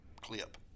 clip